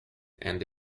and